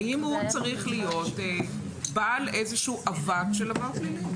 האם הוא צריך להיות בעל איזשהו עבר של עבר פלילי?